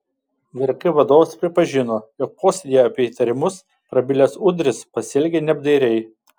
vrk vadovas pripažino jog posėdyje apie įtarimus prabilęs udris pasielgė neapdairiai